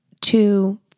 two